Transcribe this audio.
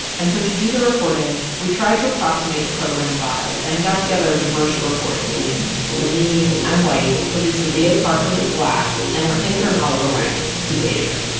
and so to do the reporting, we tried to approximate the program vibe and got together a diverse reporting team so me, i'm white, producer b a. parker, who's black, and our intern, oliver wang, who's asian.